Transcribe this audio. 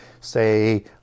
say